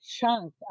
chunk